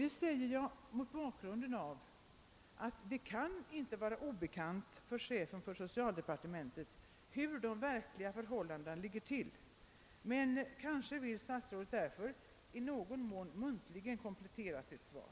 Jag säger detta mot bakgrunden av att det inte kan vara obekant för chefen för socialdepartementet hur de verkliga förhållandena är; kanske vill statsrådet därför i någon mån muntligen komplettera sitt svar.